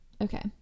okay